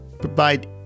provide